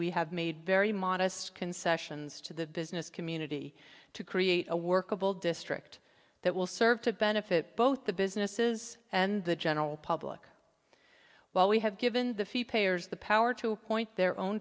we have made very modest concessions to the business community to create a workable district that will serve to benefit both the businesses and the general public while we have given the fee payers the power to appoint their own